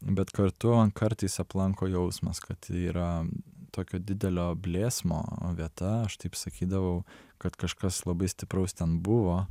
bet kartu kartais aplanko jausmas kad yra tokio didelio blėsmo vieta aš taip sakydavau kad kažkas labai stipraus ten buvo